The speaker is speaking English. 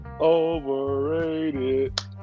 Overrated